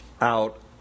out